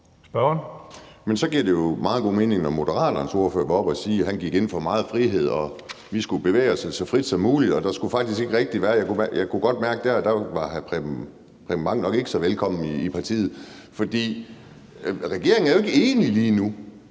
Men så giver det jo meget god mening, at Moderaternes ordfører gik op og sagde, at han gik ind for meget frihed, og at vi skulle kunne bevæge os så frit som muligt – der kunne jeg godt mærke, at hr. Preben Bang Henriksen nok ikke var så velkommen i partiet. For regeringen er jo ikke enige lige nu.